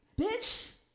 Bitch